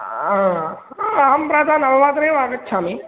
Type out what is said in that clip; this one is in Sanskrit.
अहं प्रातः नववादने एव आगच्छामि